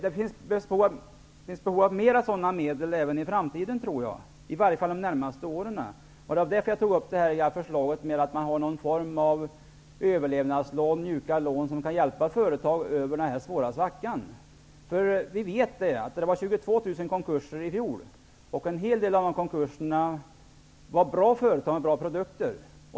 Jag tror att det i framtiden -- åtminstone under de närmaste åren -- kommer att finnas behov av mer sådana medel. Det var därför jag tog upp förslaget med någon form av överlevnadslån, mjuka lån, som kan hjälpa företag över den här svåra svackan. Vi vet att antalet konkurser i fjol var 22 000. En hel del av konkurserna gjordes av bra företag med bra produkter.